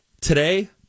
today